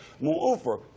Moreover